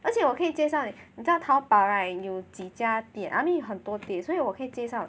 而且我可以介绍你你知道淘宝 right 有几家店 I mean 很多店所以我可以介绍